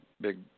big